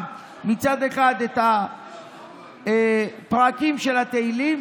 מצד אחד את הפרקים של התהילים,